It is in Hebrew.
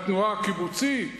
בתנועה הקיבוצית?